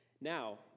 Now